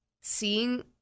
seeing